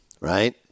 right